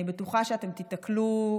אני בטוחה שאתם תתקלו בו,